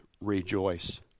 rejoice